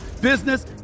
business